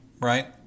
right